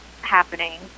happening